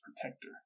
protector